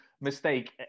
mistake